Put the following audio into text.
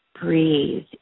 Breathe